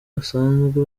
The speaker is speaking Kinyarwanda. basanzwe